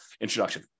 introduction